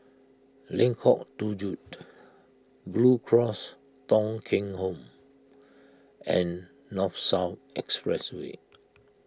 Lengkong Tujuh Blue Cross Thong Kheng Home and North South Expressway